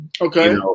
Okay